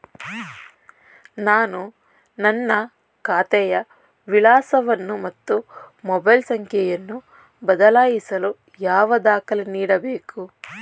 ನಾನು ನನ್ನ ಖಾತೆಯ ವಿಳಾಸವನ್ನು ಮತ್ತು ಮೊಬೈಲ್ ಸಂಖ್ಯೆಯನ್ನು ಬದಲಾಯಿಸಲು ಯಾವ ದಾಖಲೆ ನೀಡಬೇಕು?